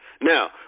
Now